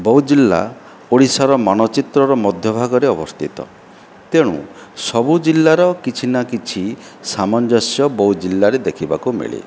ବଉଦ ଜିଲ୍ଲା ଓଡ଼ିଶାର ମନଚିତ୍ରରର ମଧ୍ୟଭାଗରେ ଅବସ୍ଥିତ ତେଣୁ ସବୁ ଜିଲ୍ଲାର କିଛି ନା କିଛି ସାମଞ୍ଜସ୍ୟ ବଉଦ ଜିଲ୍ଲାରେ ଦେଖିବାକୁ ମିଳେ